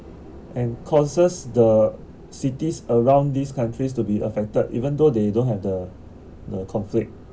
and causes the cities around these countries to be affected even though they don't have the the conflict